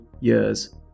years